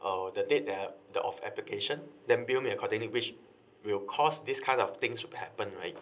uh the date that the of application then bill may accordingly which will because these kind of things would happen right